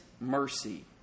mercy